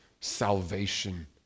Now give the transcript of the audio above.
salvation